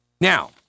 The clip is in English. Now